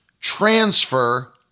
transfer